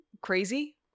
crazy